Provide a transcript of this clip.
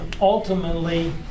ultimately